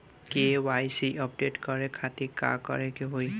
KYC update करे के खातिर का करे के होई?